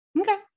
Okay